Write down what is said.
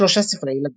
3 ספרי ילדים.